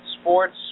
Sports